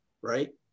right